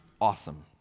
awesome